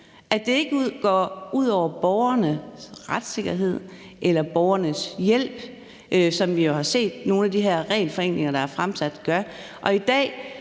at det ikke går ud over borgernes retssikkerhed eller borgernes hjælp, som vi jo har set at nogle af de her regelforenklinger, der er fremsat